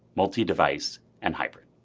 multi device, and hybrid.